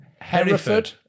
Hereford